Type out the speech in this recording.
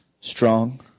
strong